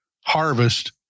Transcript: harvest